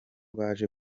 baje